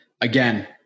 Again